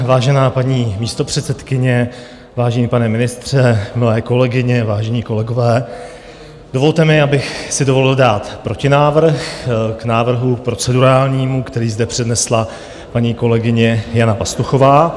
Vážená paní místopředsedkyně, vážený pane ministře, milé kolegyně, vážení kolegové, dovolte mi, abych si dovolil dát protinávrh k procedurálnímu návrhu, který zde přednesla paní kolegyně Jana Pastuchová.